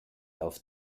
auf